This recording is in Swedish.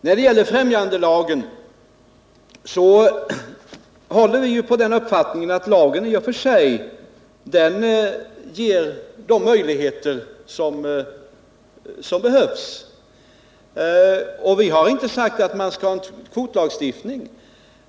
När det gäller främjandelagen håller vi på den uppfattningen att lagen i och för sig ger de möjligheter som behövs. Vi har inte sagt att man skall ha en kvotlagstiftning.